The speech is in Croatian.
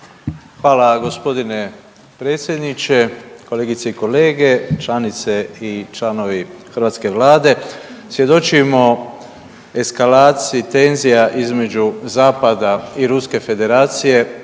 Hvala g. predsjedniče, kolegice i kolege, članice i članovi hrvatske vlade svjedočimo eskalaciji tenzija između zapada i Ruske Federacije,